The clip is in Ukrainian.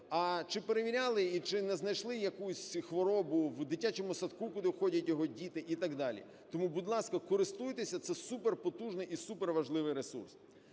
а чи перевіряли і чи не знайшли якусь хворобу в дитячому садку, куди ходять його діти, і так далі. Тому, будь ласка, користуйтеся, це суперпотужний і суперважливий ресурс.